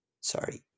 sorry